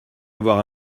avoir